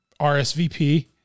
RSVP